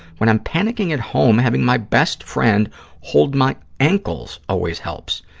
when i'm panicking at home, having my best friend hold my ankles always helps,